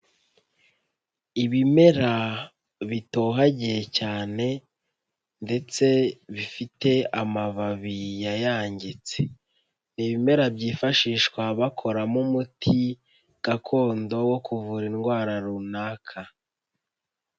Ibimera bitohagiye cyane ndetse bifite amababi yayangitse, ni ibimera byifashishwa bakoramo umuti gakondo wo kuvura indwara runaka.